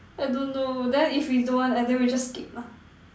I don't know then if we don't want and then we just skip lah